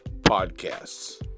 Podcasts